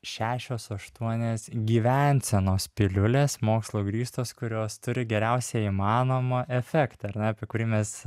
šešios aštuonios gyvensenos piliulės mokslu grįstos kurios turi geriausią įmanomą efektą ar ne apie kurį mes